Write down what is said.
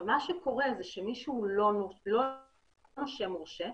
מה שקורה זה שמישהו לא נושה מורשה,